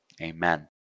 Amen